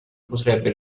potrebbe